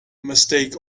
mistakes